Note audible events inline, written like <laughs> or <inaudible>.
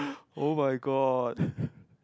oh-my-god <laughs>